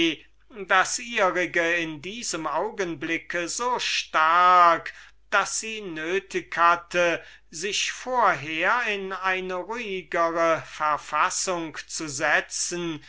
das ihrige in diesem augenblick so stark daß sie nötig hatte sich vorher in eine ruhigere verfassung zu setzen